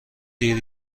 دیر